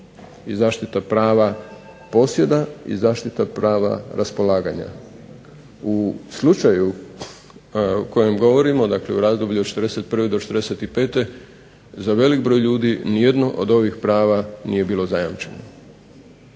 zaštita prava posjeda i zaštita prava raspolaganja. U slučaju o kojem govorimo u razdoblju od 41. do 45. za velik broj ljudi ni jedno od ovih prava nije bilo zajamčeno.